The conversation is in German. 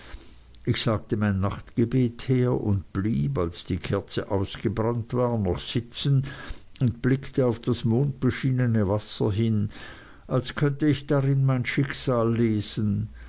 ich sagte mein nachtgebet her und blieb als die kerze ausgebrannt war noch sitzen und blickte auf das mondbeschienene wasser hin als könnte ich darin mein schicksal lesen